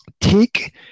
take